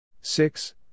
six